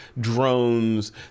drones